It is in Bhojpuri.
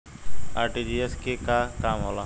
आर.टी.जी.एस के का काम होला?